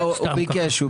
הוא ביקש.